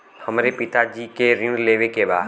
हमरे पिता जी के ऋण लेवे के बा?